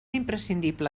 imprescindible